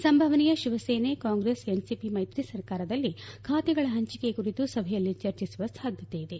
ಸಂಭವನೀಯ ಶಿವಸೇನೆ ಕಾಂಗ್ರೆಸ್ ಎನ್ಸಿಪಿ ಮೈತ್ರಿ ಸರ್ಕಾರದಲ್ಲಿ ಖಾತೆಗಳ ಹಂಚಿಕೆ ಕುರಿತು ಸಭೆಯಲ್ಲಿ ಚರ್ಚಿಸುವ ಸಾಧ್ಯತೆ ಇದೆ